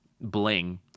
bling